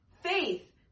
faith